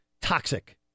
toxic